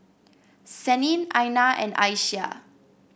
Senin Aina and Aisyah